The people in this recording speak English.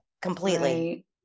completely